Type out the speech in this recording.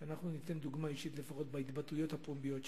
שאנחנו ניתן דוגמה אישית לפחות בהתבטאויות הפומביות שלנו,